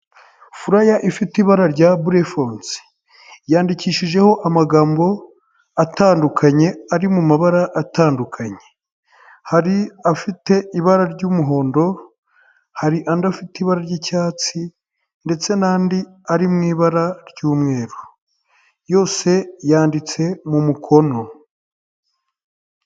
Furaya ifite ibara rya burefonse yandikishijeho amagambo atandukanye ari mu mabara atandukanye, hari afite ibara ry'umuhondo, hari andi afite ibara ry'icyatsi ndetse n'andi ari mu ibara ry'umweru yose yanditse mu mukono.